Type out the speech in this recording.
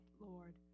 Lord